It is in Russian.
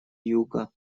юга